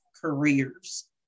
careers